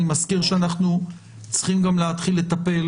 אני מזכיר שאנחנו צריכים גם להתחיל לטפל